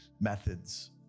methods